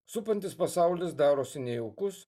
supantis pasaulis darosi nejaukus